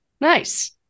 Nice